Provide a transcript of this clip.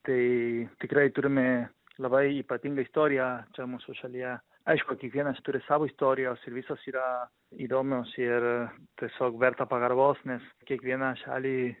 tai tikrai turime labai ypatingą istoriją čia mūsų šalyje aišku kiekvienas turi savo istorijos ir visos yra įdomios ir tiesiog verta pagarbos nes kiekvieną šalį